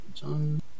done